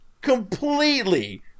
Completely